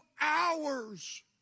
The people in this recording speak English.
hours